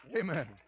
Amen